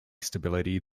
stability